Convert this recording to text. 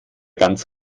ganz